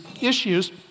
issues